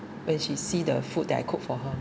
when she see the food that I cook for her